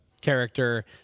character